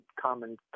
common